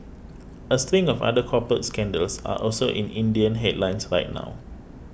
a string of other corporate scandals are also in Indian headlines right now